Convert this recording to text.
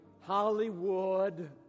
Hollywood